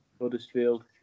Huddersfield